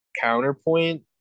counterpoint